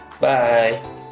Bye